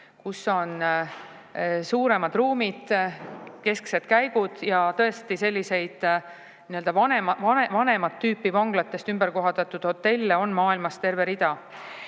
kus on suuremad ruumid, kesksed käigud. Ja tõesti, selliseid vanemat tüüpi vanglatest ümberkohandatud hotelle on maailmas terve rida.